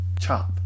Chop